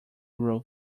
roof